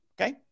Okay